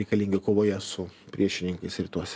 reikalingi kovoje su priešininkais rytuose